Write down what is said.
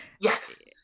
yes